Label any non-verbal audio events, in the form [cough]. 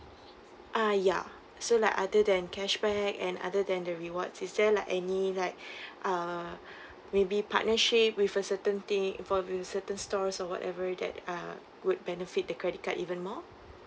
ah ya so like other than cashback and other than the rewards is there like any like [breath] uh [breath] maybe partnership with a certain thing for with certain stores or whatever with that uh would benefit the credit card even more